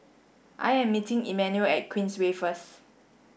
I am meeting Emanuel at Queensway first